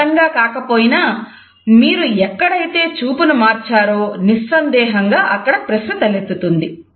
మొత్తంగా కాకపోయినా మీరు ఎక్కడైతే చూపును మార్చారో నిస్సందేహంగా అక్కడ ప్రశ్న తలెత్తుతుంది